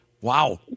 wow